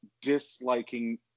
disliking